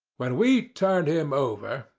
when we turned him over,